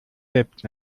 selbst